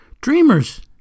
Dreamers